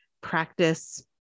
practice